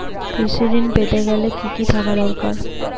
কৃষিঋণ পেতে গেলে কি কি থাকা দরকার?